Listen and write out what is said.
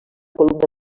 columna